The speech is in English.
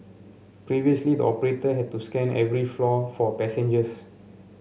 previously the operator had to scan every floor for passengers